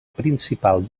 principal